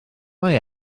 mae